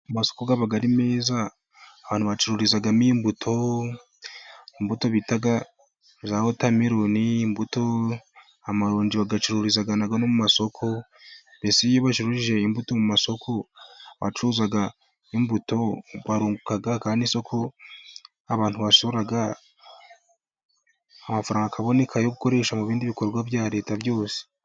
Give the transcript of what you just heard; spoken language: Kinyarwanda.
Amasoko aba ari meza, abantu bacururizamo imbuto, imbuto bitaga za watameroni, imbuto amarongi bayacururizaga mu masoko, mbesi mu masoko abacuruza imbuto barunguka kandi isoko abantu bashora amafaranga akaboneka yo gukoresha mu bindi bikorwa bya leta byose.